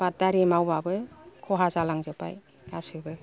आबादआरि मावबाबो खहा जालांजोब्बाय गासिबो